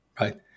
right